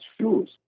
shoes